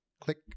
click